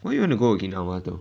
why you want to go okinawa though